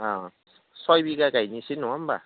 औ सयबिगा गायनिसै नङा होमबा